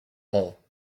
hull